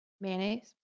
Mayonnaise